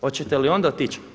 Hoćete li onda otići?